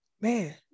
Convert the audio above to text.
man